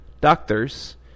doctors